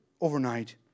overnight